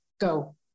go